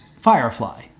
Firefly